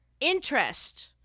interest